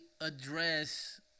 address